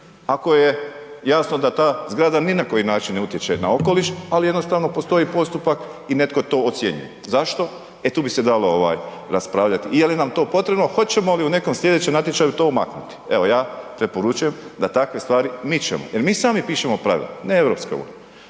ako je jasno da ta zgrada ni na koji način ne utječe na okoliš, ali jednostavno postoji postupak i netko to ocjenjuje. Zašto? E tu bi se dalo raspravljati i je li nam to potrebno, hoćemo li u nekom sljedećem natječaju to maknuti. Evo, ja preporučujem da takve stvari mičemo jer mi sami pišemo pravila ne EU. Kad